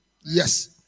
Yes